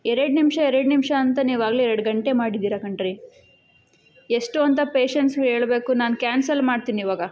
ಎರಡು ನಿಮಿಷ ಎರಡು ನಿಮಿಷ ಅಂತ ನೀವು ಆಗಲೇ ಎರಡು ಗಂಟೆ ಮಾಡಿದ್ದೀರಾ ಕಣ್ರೀ ಎಷ್ಟು ಅಂತ ಪೇಷನ್ಸ್ ಹೇಳಬೇಕು ನಾನು ಕ್ಯಾನ್ಸಲ್ ಮಾಡ್ತೀನಿ ಇವಾಗ